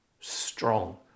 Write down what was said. strong